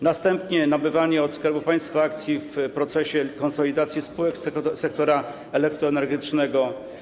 Nabywanie od Skarbu Państwa akcji w procesie konsolidacji spółek sektora elektroenergetycznego.